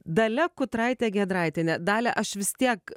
dalia kutraitė giedraitienė dalia aš vis tiek